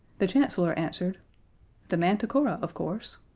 the chancellor answered the manticora, of course.